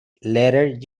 letter